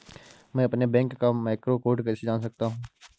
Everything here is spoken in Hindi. मैं अपने बैंक का मैक्रो कोड कैसे जान सकता हूँ?